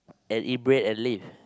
and eat bread and leave